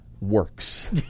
works